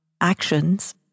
actions